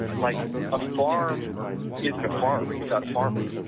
like a farm isn't a farm without a farmer,